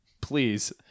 Please